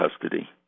custody